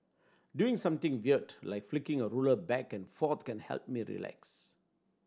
doing something weird like flicking a ruler back and forth can help me relax